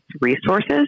resources